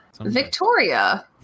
Victoria